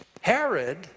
Herod